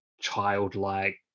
childlike